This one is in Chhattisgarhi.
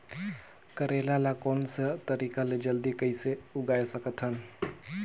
करेला ला कोन सा तरीका ले जल्दी कइसे उगाय सकथन?